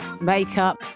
makeup